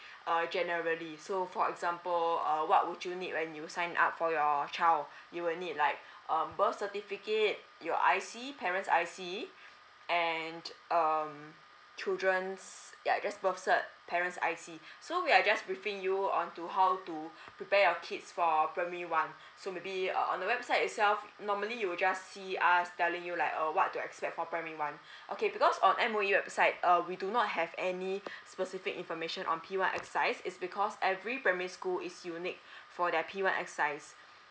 uh generally so for example uh what would you need when you sign up for your child you will need like um birth certificate your I_C parent's I_C and um children's yeah just birth cert parent's I_C so we are just briefing you on to how to prepare your kids for primary one so maybe uh on the website itself normally you will just see us telling you like uh what to expect for primary one okay because on M_O_E website uh we do not have any specific information on P one exercise is because every primary school is unique for their P one exercise